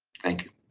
thank you.